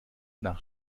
nach